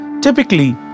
Typically